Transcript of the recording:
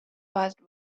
but